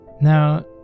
Now